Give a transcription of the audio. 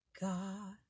god